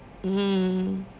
mm